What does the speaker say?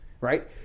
Right